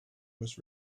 was